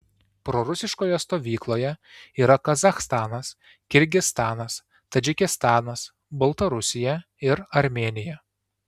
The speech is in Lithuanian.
prorusiškoje stovykloje yra kazachstanas kirgizstanas tadžikistanas baltarusija ir armėnija